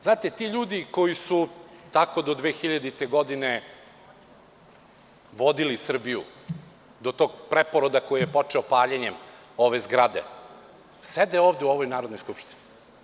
Znate, ti ljudi koji su tako do 2000-te godine vodili Srbiju do tog preporoda koji je počeo paljenjem ove zgrade, sede ovde u ovoj Narodnoj skupštini.